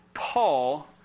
Paul